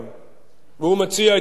והוא מציע את הנוסח הבא: